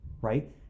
right